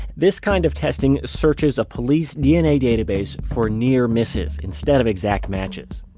this kind of testing searches a police dna database for near misses instead of exact matches.